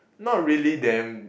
not really them